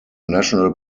national